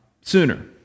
sooner